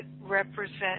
represent